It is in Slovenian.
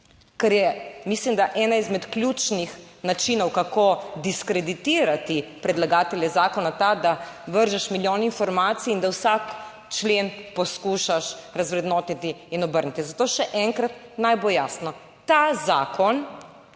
Kar je, mislim, da ena izmed ključnih načinov kako diskreditirati predlagatelje zakona ta, da vržeš milijon informacij in da vsak člen poskušaš razvrednotiti in obrniti. Zato še enkrat naj bo jasno, ta zakon